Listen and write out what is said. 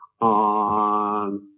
on